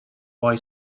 boy